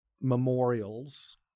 memorials